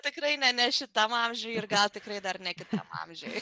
tikrai ne ne šitam amžiui ir gal tikrai dar ne kitam amžiui